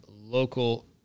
local